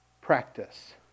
practice